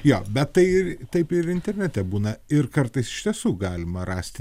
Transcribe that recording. jo bet tai taip ir internete būna ir kartais iš tiesų galima rasti